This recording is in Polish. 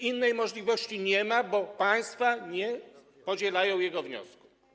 Innej możliwości nie ma, bo państwa nie podzielają jego stanowiska.